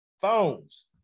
phones